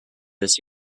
this